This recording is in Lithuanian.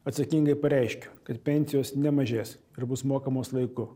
atsakingai pareiškiu kad pensijos nemažės ir bus mokamos laiku